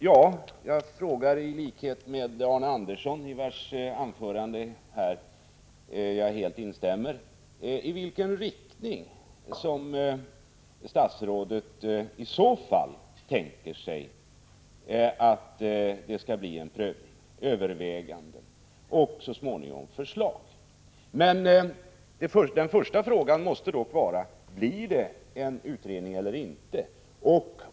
Jag frågar i likhet med Arne Andersson i Ljung, i vars anförande jag helt instämmer, i vilken riktning man kommer att arbeta vid en eventuell prövning och vid överväganden och så småningom förslag. Men den första frågan måste dock vara: Blir det en utredning eller inte?